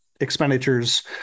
expenditures